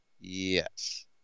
Yes